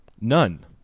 None